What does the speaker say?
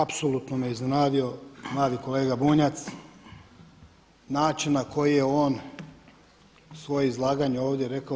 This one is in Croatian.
Apsolutno me iznenadio mladi kolega Bunjac, način na koji je on svoje izlaganje ovdje rekao.